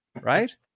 right